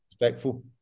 respectful